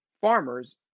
farmers